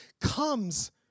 comes